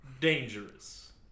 Dangerous